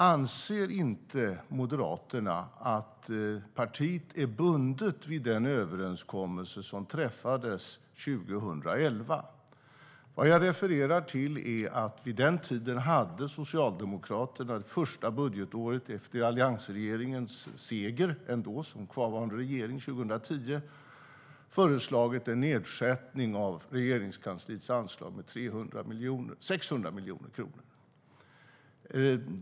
Anser inte Moderaterna att partiet är bundet vid den överenskommelse som träffades 2011? Jag refererar till att Socialdemokraterna vid den tiden, första året efter alliansregeringens seger 2010 som kvarvarande regering, hade föreslagit en nedsättning av Regeringskansliets anslag med 600 miljoner kronor.